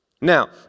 Now